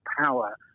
power